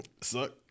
Suck